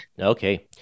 Okay